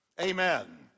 Amen